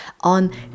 on